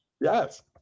yes